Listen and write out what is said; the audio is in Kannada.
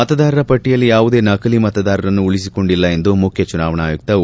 ಮತದಾರರ ಪಟ್ಟಿಯಲ್ಲಿ ಯಾವುದೇ ನಕಲಿ ಮತದಾರರನ್ನು ಉಳಿಸಿಕೊಂಡಿಲ್ಲ ಎಂದು ಮುಖ್ಯ ಚುನಾವಣಾ ಆಯುಕ್ತ ಒ